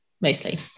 Mostly